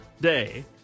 day